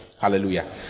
Hallelujah